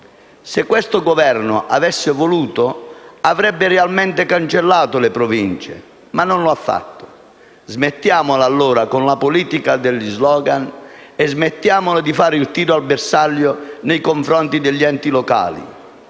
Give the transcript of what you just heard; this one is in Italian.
Se questo Governo avesse voluto, avrebbe realmente cancellato le Province, ma non lo ha fatto. Smettiamola allora con la politica degli *slogan* e smettiamola di fare il tiro al bersaglio nei confronti degli enti locali.